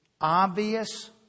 obvious